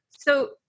So-